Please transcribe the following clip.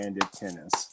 tennis